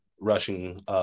rushing